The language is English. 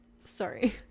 sorry